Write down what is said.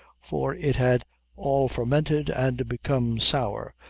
for it had all fermented and become sour,